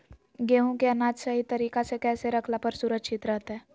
गेहूं के अनाज सही तरीका से कैसे रखला पर सुरक्षित रहतय?